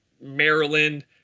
Maryland